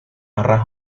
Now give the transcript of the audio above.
arah